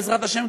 בעזרת השם,